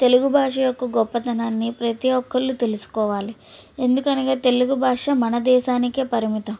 తెలుగు భాష యొక్క గొప్పతనాన్ని ప్రతి ఒక్కరు తెలుసుకోవాలి ఎందుకనగా తెలుగు భాష మన దేశానికే పరిమితం